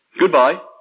Goodbye